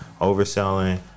overselling